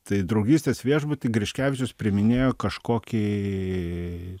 tai draugystės viešbuty griškevičius priiminėjo kažkokį